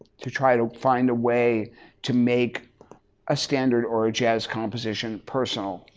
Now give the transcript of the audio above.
to try to find a way to make a standard or a jazz composition personal.